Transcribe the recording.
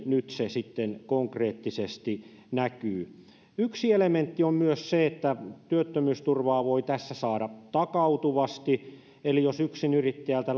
nyt se sitten konkreettisesti näkyy yksi elementti on myös se että työttömyysturvaa voi tässä saada takautuvasti eli jos yksinyrittäjältä